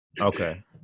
okay